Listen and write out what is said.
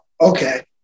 Okay